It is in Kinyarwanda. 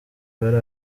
bari